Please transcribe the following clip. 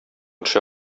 төшә